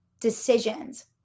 decisions